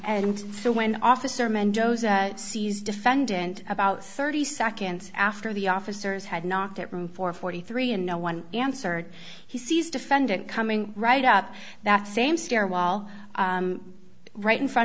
and so when officer mendoza sees defendant about thirty seconds after the officers had knocked at room four hundred and forty three and no one answered he sees defendant coming right up that same stair wall right in front